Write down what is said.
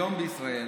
היום בישראל